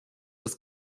das